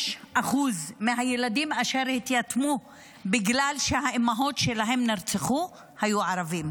85% מהילדים אשר התייתמו בגלל שהאימהות שלהם נרצחו היו ערבים.